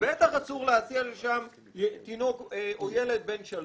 בטח אסור להסיע לשם תינוק או ילד בן שלוש.